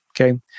okay